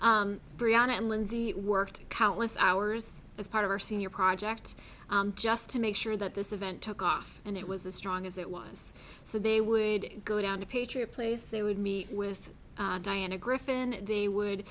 brianna and lindsay worked countless hours as part of our senior project just to make sure that this event took off and it was as strong as it was so they would go down to patriot place they would meet with diana griffin they would